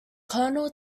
kernel